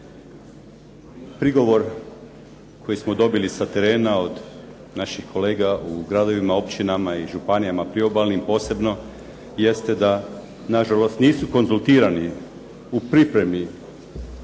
Prigovor koji smo dobili sa terena od naših kolega u gradovima, općinama i županijama, priobalnim posebno jeste da nažalost nisu konzultirani u pripremi